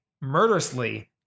murderously